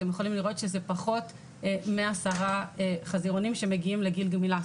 אתם יכולים לראות שזה פחות מעשרה חזירונים שמגיעים לגיל גמילה.